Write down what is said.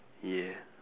yeah